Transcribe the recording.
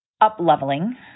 up-leveling